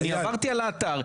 אני עברתי על האתר.